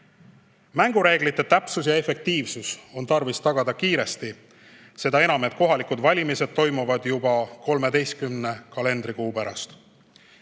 Mängureeglite täpsus ja efektiivsus on tarvis tagada kiiresti, seda enam, et kohalikud valimised toimuvad juba 13 kalendrikuu pärast.